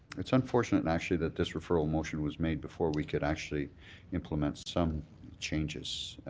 it's unfortunate actually that this referral motion was made before we could actually implement some changes,